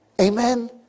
Amen